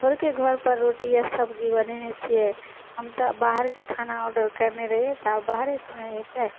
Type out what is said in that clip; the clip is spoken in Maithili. थोड़के घरपर रोटी आओर सबजी बनेने छिए हम तऽ बाहरके खाना ऑडर करने रहिए तऽ आब बाहरेसँ ने अएतै